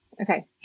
Okay